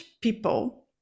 people